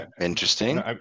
Interesting